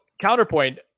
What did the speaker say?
counterpoint